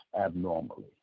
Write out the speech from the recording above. abnormally